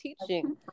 teaching